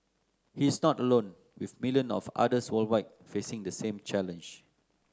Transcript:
he is not alone with millions of others worldwide facing the same challenge